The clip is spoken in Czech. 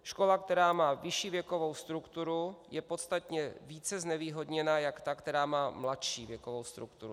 Škola, která má vyšší věkovou strukturu, je podstatně více znevýhodněna než ta, která má mladší věkovou strukturu.